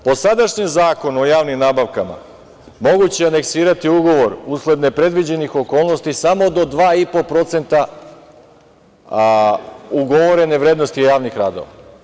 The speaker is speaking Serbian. Po sadašnjem Zakonu o javnim nabavkama moguće je aneksirati ugovor usled nepredviđenih okolnosti samo do 2,5% ugovorene vrednosti javnih radova.